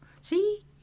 see